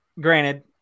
Granted